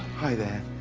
hi there,